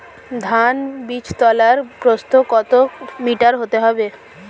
ধান বীজতলার প্রস্থ কত মিটার হতে হবে?